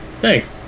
Thanks